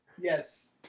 Yes